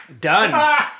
Done